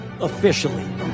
officially